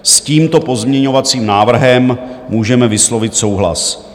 S tímto pozměňovacím návrhem můžeme vyslovit souhlas.